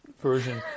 version